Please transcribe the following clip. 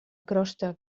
crosta